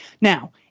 Now